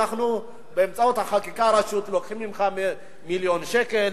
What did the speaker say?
באמצעות החקיקה הראשית אנחנו לוקחים ממך מיליון שקל,